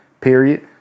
period